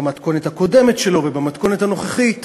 במתכונתו הקודמת והנוכחית,